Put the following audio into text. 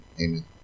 amen